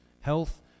Health